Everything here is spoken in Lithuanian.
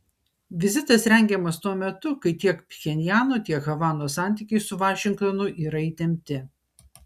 vizitas rengiamas tuo metu kai tiek pchenjano tiek havanos santykiai su vašingtonu yra įtempti